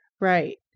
Right